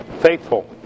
faithful